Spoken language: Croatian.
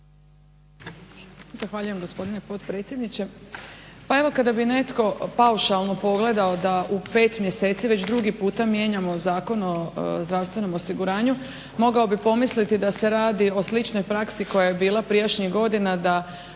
Hvala i vama